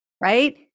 right